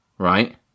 Right